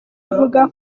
avuga